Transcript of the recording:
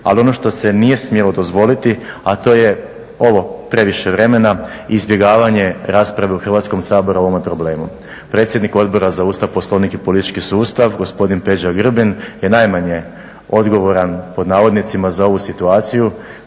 ali ono što se nije smjelo dozvoliti a to je ovo, previše vremena, izbjegavanje rasprave u Hrvatskom saboru o ovome problemu. Predsjednik Odbora za Ustav, Poslovnik i politički sustav gospodin Peđa Grbin je najmanje odgovoran „za ovu situaciju“.